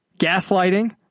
gaslighting